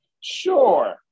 Sure